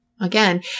Again